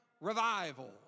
revival